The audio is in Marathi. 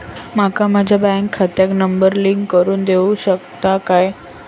माका माझ्या बँक खात्याक नंबर लिंक करून देऊ शकता काय?